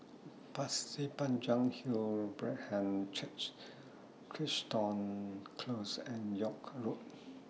Pasir Panjang Hill Brethren Church Crichton Close and York Road